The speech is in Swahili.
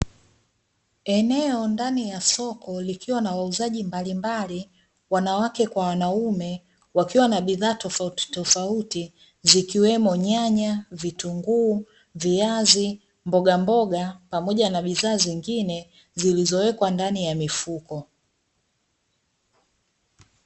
Eneo ndani ya soko likiwa na wauzaji mbalimbali, wanawake kwa wanaume wakiwa na bidhaa tofauti tofauti zikiwemo: nyanya, vitunguu, viazi, mbogamboga, pamoja na bidhaa zingine, zilizowekwa ndani ya mifuko.